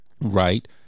Right